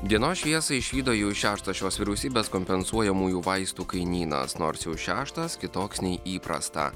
dienos šviesą išvydo jau šeštas šios vyriausybės kompensuojamųjų vaistų kainynas nors jau šeštas kitoks nei įprasta